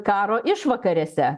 karo išvakarėse